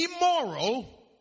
immoral